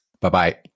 Bye-bye